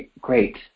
great